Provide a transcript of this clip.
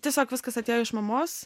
tiesiog viskas atėjo iš mamos